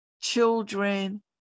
children